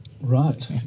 Right